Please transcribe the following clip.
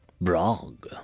Brog